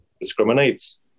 discriminates